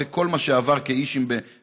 אחרי כל מה שעבר כאיש עם מוגבלות,